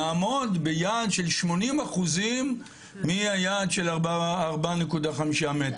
נעמוד ביעד של 80% מהיעד של 4.5 מ"ר.